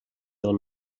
del